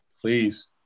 Please